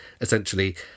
essentially